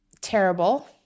terrible